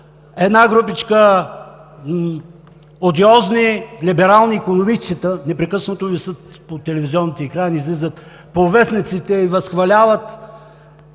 Една групичка одиозни, либерални икономистчета непрекъснато висят по телевизионните екрани, излизат по вестниците и възхваляват